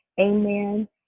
amen